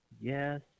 yes